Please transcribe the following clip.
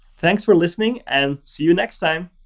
thanks for listening, and see you next time.